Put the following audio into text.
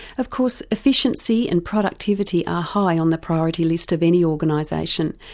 of course efficiency and productivity are high on the priority list of any organisation,